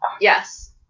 Yes